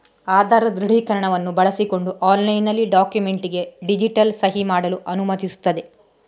ಆಧಾರ್ ದೃಢೀಕರಣವನ್ನು ಬಳಸಿಕೊಂಡು ಆನ್ಲೈನಿನಲ್ಲಿ ಡಾಕ್ಯುಮೆಂಟಿಗೆ ಡಿಜಿಟಲ್ ಸಹಿ ಮಾಡಲು ಅನುಮತಿಸುತ್ತದೆ